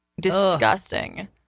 disgusting